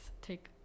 take